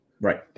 Right